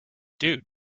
dude